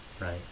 right